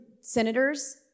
senators